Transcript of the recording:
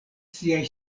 siaj